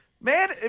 Man